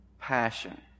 passion